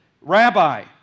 Rabbi